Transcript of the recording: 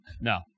No